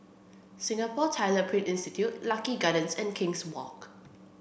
Singapore Tyler Print Institute Lucky Gardens and King's Walk